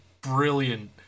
brilliant